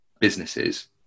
businesses